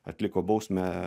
atliko bausmę